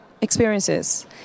experiences